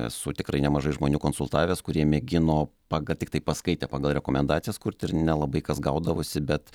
esu tikrai nemažai žmonių konsultavęs kurie mėgino paga tiktai paskaitę pagal rekomendacijas kurti ir nelabai kas gaudavosi bet